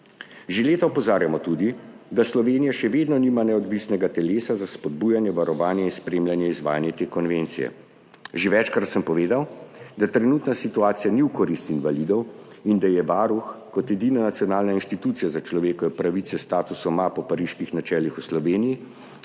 Že leta opozarjamo tudi na to, da Slovenija še vedno nima neodvisnega telesa za spodbujanje varovanja in spremljanje izvajanja te konvencije. Že večkrat sem povedal, da trenutna situacija ni v korist invalidov in da je Varuh kot edina nacionalna institucija za človekove pravice s statusom A po Pariških načelih v Sloveniji